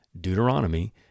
Deuteronomy